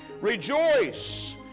Rejoice